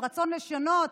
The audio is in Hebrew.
עם רצון לשנות,